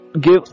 give